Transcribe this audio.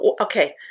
okay